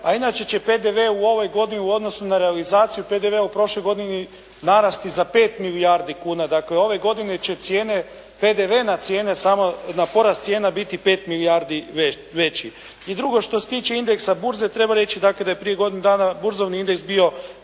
a inače će PDV u ovoj godini u odnosu na realizaciju PDV-a u prošloj godini narasti za 5 milijardi kuna. Dakle, ove godine će cijene, PDV na cijene samo na porast cijena biti 5 milijardi veći. I drugo, što se tiče indeksa burze treba reći, dakle da je prije godinu dana burzovni indeks bio